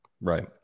Right